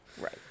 Right